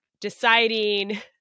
deciding